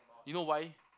you know why